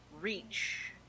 reach